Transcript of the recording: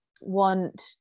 want